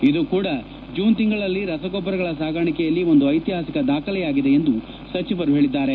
ಇದು ಕೂಡ ಜೂನ್ ತಿಂಗಳಲ್ಲಿ ರಸಗೊಬ್ಬರಗಳ ಸಾಗಾಣಿಕೆಯಲ್ಲಿ ಒಂದು ಐತಿಹಾಸಿಕ ದಾಖಲೆಯಾಗಿದೆ ಎಂದು ಸಚಿವರು ಹೇಳಿದ್ದಾರೆ